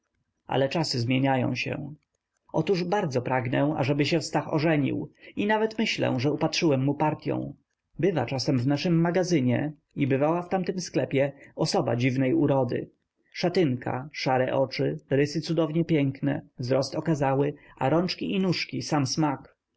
ale czasy zmieniają się otóż bardzo pragnę ażeby się stach ożenił i nawet myślę że upatrzyłem mu partyą bywa czasem w naszym magazynie i bywała w tamtym sklepie osoba dziwnej urody szatynka szare oczy rysy cudownie piękne wzrost okazały a rączki i nóżki sam smak